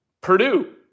Purdue